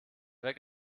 weg